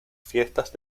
fiestas